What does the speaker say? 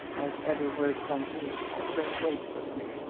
as every word from you has great weight with me.